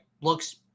looks